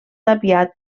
tapiat